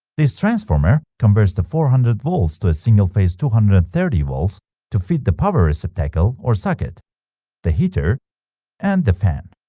this transformer converts the four hundred volts to a single-phase two hundred and thirty volts to feed the power receptacle or socket the heater and the fan